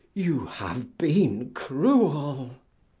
you have been cruel!